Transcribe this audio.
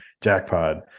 jackpot